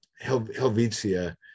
Helvetia